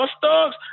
thugs